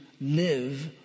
live